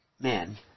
Men